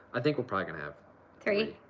i think we're probably gonna have three.